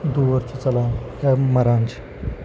دوٗر چھِ ژَلان یا مَران چھِ